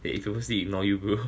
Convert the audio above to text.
they purposely ignore you bro